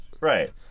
right